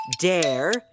dare